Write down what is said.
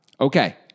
Okay